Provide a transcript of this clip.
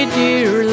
dear